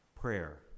Prayer